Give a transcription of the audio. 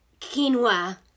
quinoa